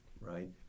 right